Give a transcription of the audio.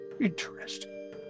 interesting